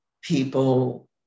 people